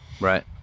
right